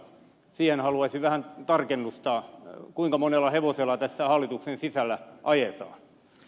siihen haluaisin vähän tarkennusta kuinka monella hevosella tässä hallituksen sisällä ajetaan